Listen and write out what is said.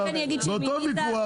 באותו ויכוח,